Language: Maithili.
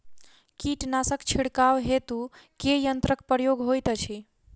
कीटनासक छिड़काव हेतु केँ यंत्रक प्रयोग होइत अछि?